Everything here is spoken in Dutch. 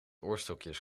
oorstokjes